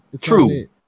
True